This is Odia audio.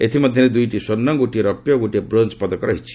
ଏଥିମଧ୍ୟରେ ଦୁଇଟି ସ୍ୱର୍ଷ ଗୋଟିଏ ରୌପ୍ୟ ଓ ଗୋଟିଏ ବ୍ରୋଞ୍ଜ ପଦକ ରହିଛି